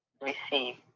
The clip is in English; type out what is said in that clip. receive